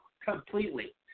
completely